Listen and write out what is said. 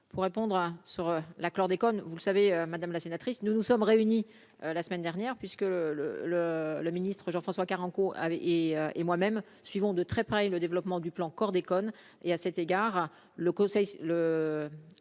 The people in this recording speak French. pour répondre sur la chlordécone, vous le savez, madame la sénatrice, nous nous sommes réunis la semaine dernière, puisque le le le ministre Jean-François Carenco et et moi-même suivons de très près le développement du plan corps déconne et à cet égard le Conseil